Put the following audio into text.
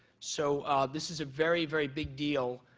so this is a very, very big deal,